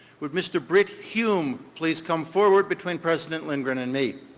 would mr. brit hume please come forward between president lindgren and me.